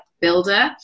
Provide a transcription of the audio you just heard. builder